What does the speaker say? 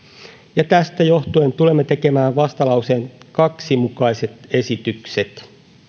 tästä johtuen tulemme tekemään vastalauseen kaksi mukaiset esitykset